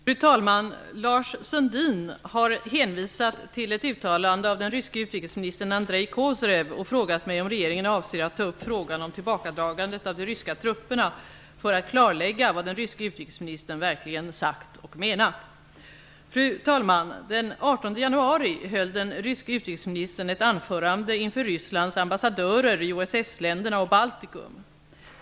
Fru talman! Lars Sundin har hänvisat till ett uttalande av den ryske utrikesministern Andrej Kozyrev och frågat mig om regeringen avser att ta upp frågan om tillbakadragandet av de ryska trupperna för att klarlägga vad den ryske utrikesministern verkligen sagt och menat. Fru talman! Den 18 januari höll den ryske utrikesministern ett anförande inför Rysslands ambassadörer i OSS-länderna och Baltikum.